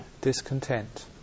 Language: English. discontent